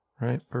right